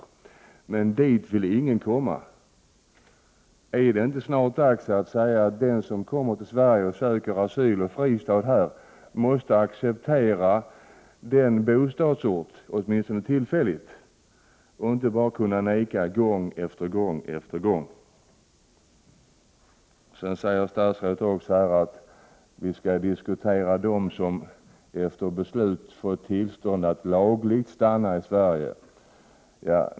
Till dessa kommuner vill emellertid ingen komma. Jag vill fråga statsrådet om det inte snart är dags att säga att den som kommer till Sverige och söker asyl och fristad här måste acceptera, åtminstone tillfälligt, den bostadsort som anvisats och inte bara kunna vägra gång efter gång. Statsrådet säger också här att vi skall diskutera dem som efter beslut får tillstånd att lagligt stanna i Sverige.